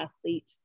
athlete